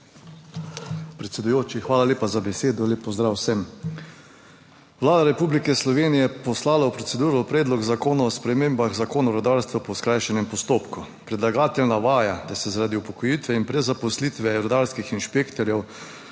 Predsedujoči, hvala lepa za besedo. Lep pozdrav vsem! Vlada Republike Slovenije je poslala v proceduro Predlog zakona o spremembah Zakona o rudarstvu po skrajšanem postopku. Predlagatelj navaja, da se je zaradi upokojitve in prezaposlitve rudarskih inšpektorjev